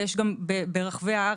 ויש גם ברחבי הארץ.